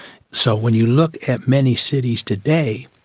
so when you look at many cities today,